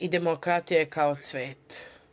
I demokratija je kao cvet.